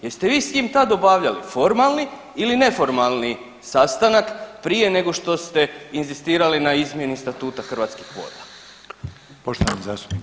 Jeste vi s njim tada obavljali formalni ili neformalni sastanak prije nego što ste inzistirali na izmjeni Statuta Hrvatskih voda?